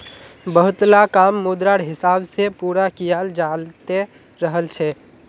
बहुतला काम मुद्रार हिसाब से पूरा कियाल जाते रहल छे